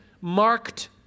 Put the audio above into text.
marked